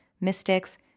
mystics